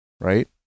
right